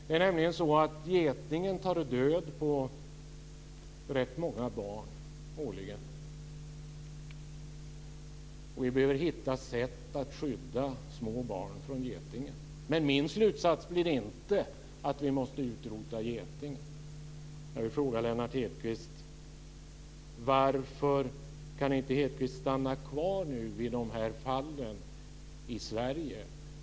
Det är nämligen så att getingen tar död på rätt många barn årligen, och vi behöver hitta sätt att skydda små barn från getingen. Men min slutsats blir inte att vi måste utrota getingen. Hedquist stanna kvar vid de här fallen i Sverige?